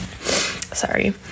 Sorry